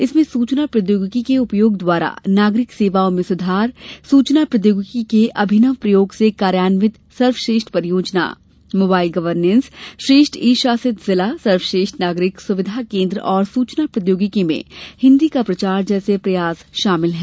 इनमें सूचना प्रौद्योगिकी के उपयोग द्वारा नागरिक सेवाओं में सुधार सूचना प्रौद्योगिकी के अभिनव प्रयोग से कार्यान्वित सर्वश्रेष्ठ परियोजना मोबाइल गवर्नेन्स श्रेष्ठ ई शासित जिला सर्वश्रेष्ठ नागरिक सुविधा केन्द्र और सूचना प्रौद्योगिकी में हिन्दी का प्रचार जैसे प्रयास शामिल हैं